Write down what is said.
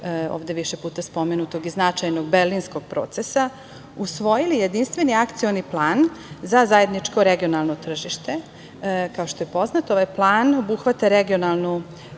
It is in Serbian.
ovde više puta spomenutog i značajnog, Berlinskog procesa, usvojili jedinstveni Akcioni plan za zajedničko regionalno tržište. Kao što je poznato, ovaj plan obuhvata regionalnu